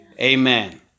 Amen